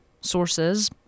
sources